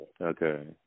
Okay